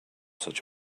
such